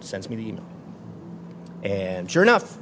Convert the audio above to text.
sends me to you and sure enough